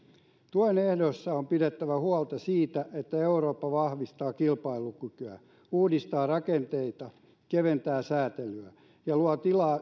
tuen ehdoissa on pidettävä huolta siitä että eurooppa vahvistaa kilpailukykyä uudistaa rakenteita keventää säätelyä ja luo tilaa